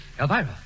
Elvira